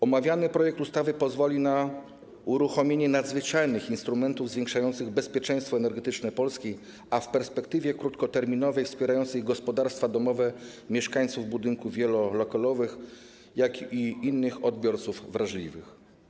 Omawiany projekt ustawy pozwoli na uruchomienie nadzwyczajnych instrumentów zwiększających bezpieczeństwo energetyczne Polski, a w perspektywie krótkoterminowej wspierających gospodarstwa domowe, mieszkańców budynków wielolokalowych, jak również innych odbiorców wrażliwych.